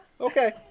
Okay